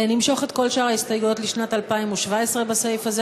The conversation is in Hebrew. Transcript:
נמשוך את כל שאר ההסתייגויות לשנת 2017 בסעיף הזה,